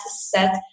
set